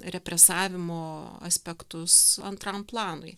represavimo aspektus antram planui